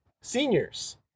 seniors